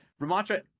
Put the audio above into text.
ramatra